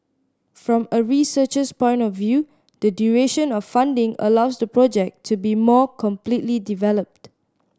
from a researcher's point of view the duration of funding allows the project to be more completely developed